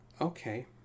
okay